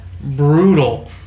brutal